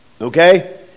Okay